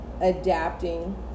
adapting